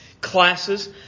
classes